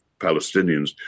Palestinians